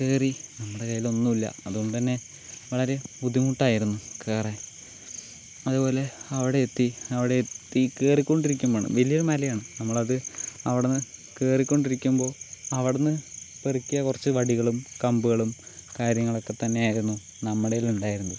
അപ്പോൾ കയറി നമ്മുടെ കയ്യിൽ ഒന്നുമില്ല അതുകൊണ്ട് തന്നെ വളരെ ബുദ്ധിമുട്ടായിരുന്നു കയറാൻ അതുപോലെ അവിടെ എത്തി അവിടെ കയറിക്കൊണ്ടിരിക്കുമ്പോഴാണ് വലിയൊരു മലയാണ് നമ്മളത് അവിടെ നിന്ന് കയറിക്കൊണ്ടിരിക്കുമ്പോൾ അവിടെ നിന്ന് പെറുക്കിയ കുറച്ച് വടികളും കമ്പുകളും കാര്യങ്ങളൊക്കെ തന്നെയായിരുന്നു നമ്മുടെ കയ്യിലുണ്ടായിരുന്നത്